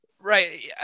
Right